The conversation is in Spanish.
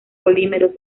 polímeros